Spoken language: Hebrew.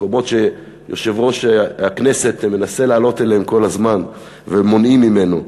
מקומות שהיושב-ראש מנסה לעלות אליהם כל הזמן ומונעים ממנו.